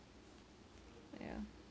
yeah